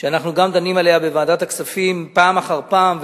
ואנחנו גם דנים עליה בוועדת הכספים פעם אחר פעם,